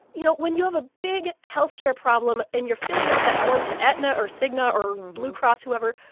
you know, when you have a big health care problem and you're filling out that form to aetna or cigna or blue cross, whoever,